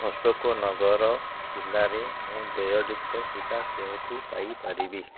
ଅଶୋକନଗର ଜିଲ୍ଲାରେ ମୁଁ ଦେୟଯୁକ୍ତ ଟିକା କେଉଁଠୁ ପାଇ ପାରିବି